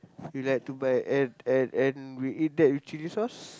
you like to buy and and and you eat that with chili sauce